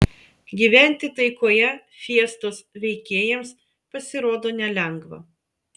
gyventi taikoje fiestos veikėjams pasirodo nelengva